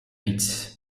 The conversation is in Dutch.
fiets